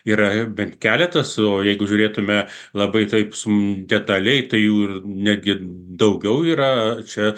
yra bent keletas o jeigu žiūrėtumė labai taip detaliai tai jų ir netgi daugiau yra čia